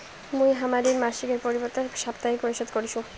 মুই হামার ঋণ মাসিকের পরিবর্তে সাপ্তাহিক পরিশোধ করিসু